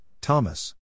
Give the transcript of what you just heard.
Thomas